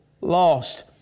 lost